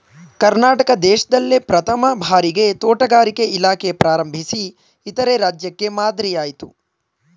ಕರ್ನಾಟಕ ದೇಶ್ದಲ್ಲೇ ಪ್ರಥಮ್ ಭಾರಿಗೆ ತೋಟಗಾರಿಕೆ ಇಲಾಖೆ ಪ್ರಾರಂಭಿಸಿ ಇತರೆ ರಾಜ್ಯಕ್ಕೆ ಮಾದ್ರಿಯಾಯ್ತು